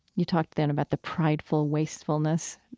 you talked then about the prideful wastefulness,